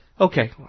Okay